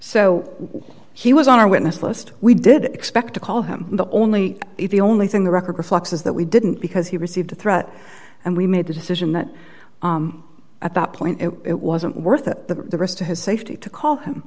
so he was on our witness list we did expect to call him the only if he only thing the record reflects is that we didn't because he received a threat and we made the decision that at that point it wasn't worth the risk to his safety to call him